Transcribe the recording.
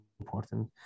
important